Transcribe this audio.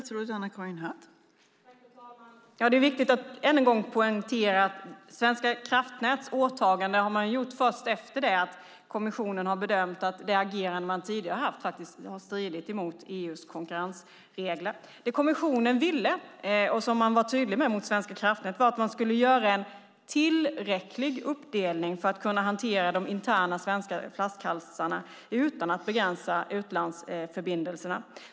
Fru talman! Det är viktigt att än en gång poängtera att Svenska kraftnäts åtagande har gjorts först efter det att kommissionen har bedömt att det agerande som man tidigare har haft faktiskt har stridit mot EU:s konkurrensregler. Det som kommissionen ville och var tydlig med mot Svenska kraftnät var att man skulle göra en tillräcklig uppdelning för att kunna hantera de interna svenska flaskhalsarna utan att begränsa utlandsförbindelserna.